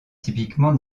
typiquement